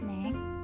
Next